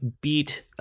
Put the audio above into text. beat